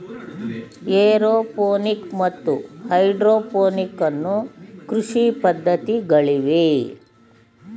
aeroponic ಮತ್ತು hydroponic ಅನ್ನೂ ಕೃಷಿ ಪದ್ಧತಿಗಳಿವೆ